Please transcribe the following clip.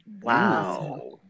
Wow